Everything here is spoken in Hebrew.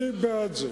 אני בעד זה.